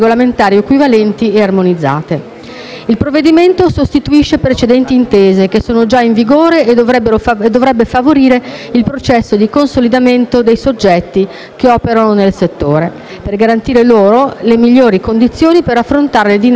Il provvedimento sostituisce precedenti intese, che sono già in vigore e dovrebbe favorire il processo di consolidamento dei soggetti che operano nel settore, per garantire loro le migliori condizioni per affrontare le dinamiche di un mercato sempre più complesso.